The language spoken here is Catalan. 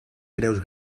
creus